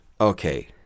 okay